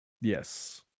Yes